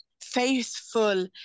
faithful